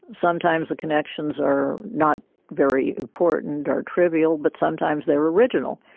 sometimes the connections are not very important or trivial but sometimes they're original.